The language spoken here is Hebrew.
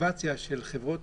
שהמוטיבציה של החברות